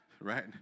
right